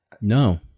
No